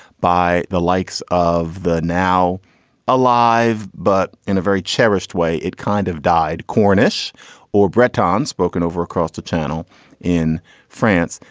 by the likes of the now alive, but in a very cherished way. it kind of died. cornish or breton spoken over across the channel in france.